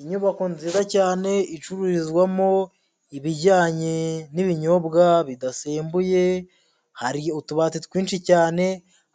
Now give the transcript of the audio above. Inyubako nziza cyane icururizwamo ibijyanye n'ibinyobwa bidasembuye, hari utubati twinshi cyane,